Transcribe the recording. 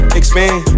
expand